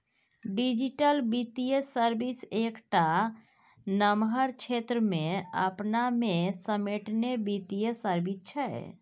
digital बित्तीय service एकटा नमहर क्षेत्र केँ अपना मे समेटने बित्तीय सर्विस छै